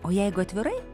o jeigu atvirai